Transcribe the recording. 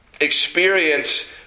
experience